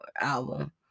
album